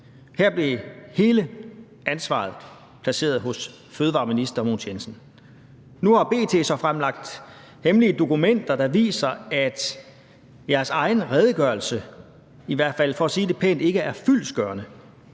Her blev hele ansvaret placeret hos fødevareministeren. Nu har B.T. så fremlagt hemmelige dokumenter, der viser, at jeres egen redegørelse for at sige det